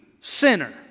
sinner